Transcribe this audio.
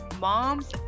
moms